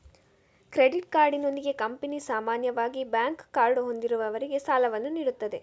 credit ಕಾರ್ಡಿನೊಂದಿಗೆ company ಸಾಮಾನ್ಯವಾಗಿ bank card ಹೊಂದಿರುವವರಿಗೆ ಸಾಲವನ್ನು ನೀಡುತ್ತದೆ